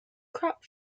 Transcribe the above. crop